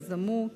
יזמות,